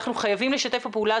אנחנו חייבים לשתף פעולה.